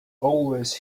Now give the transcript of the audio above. always